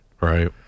Right